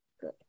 Good